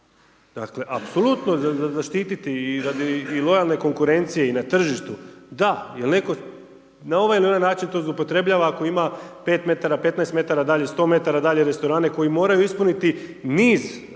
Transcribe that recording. Dakle, apsolutno zaštititi radi i lojalne konkurencije i na tržištu da, jer netko to na onaj ili ovaj način to zloupotrebljava ako ima 5 metara, 15 metara dalje, 100 metara dalje restorane koji moraju ispuniti niz mjera.